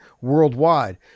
worldwide